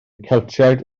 celtiaid